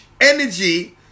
energy